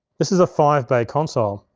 this is a five bay console.